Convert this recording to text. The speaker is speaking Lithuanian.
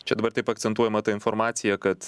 čia dabar taip akcentuojama ta informacija kad